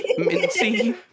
Mincy